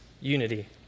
unity